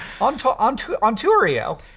Ontario